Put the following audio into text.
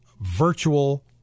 virtual